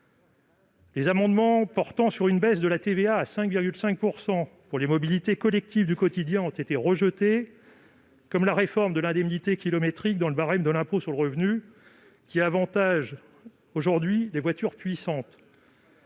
les amendements portant baisse de la TVA à 5,5 % pour les mobilités collectives du quotidien ont été rejetés, de même que la réforme de l'indemnité kilométrique dans le barème de l'impôt sur le revenu, qui avantage aujourd'hui les voitures puissantes.